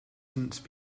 since